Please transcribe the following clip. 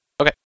Okay